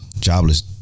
Jobless